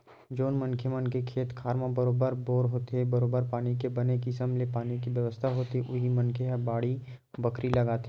जउन मनखे मन के खेत खार म बरोबर बोर होथे बरोबर पानी के बने किसम ले पानी के बेवस्था होथे उही मनखे ह बाड़ी बखरी लगाथे